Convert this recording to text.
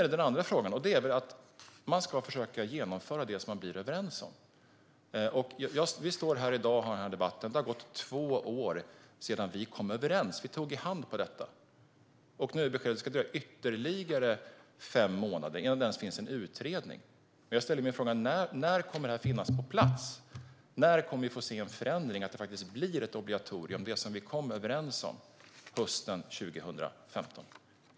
Det andra jag vill ta upp är att man ska försöka genomföra det som man är överens om. Det har i dag gått två år sedan vi kom överens och tog i hand på detta. Nu ska det dröja ytterligare fem månader innan det ens finns en utredning. Jag ställer mig frågan: När kommer det här att finnas på plats? När kommer vi att få se en förändring och att det faktiskt blir ett obligatorium? Det var ju detta som vi kom överens om hösten 2015.